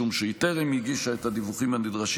משום שהיא טרם הגישה את הדיווחים הנדרשים